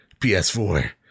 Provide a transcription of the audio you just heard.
ps4